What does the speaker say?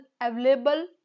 available